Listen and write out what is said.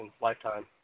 lifetime